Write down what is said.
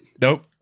Nope